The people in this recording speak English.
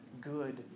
good